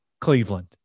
Cleveland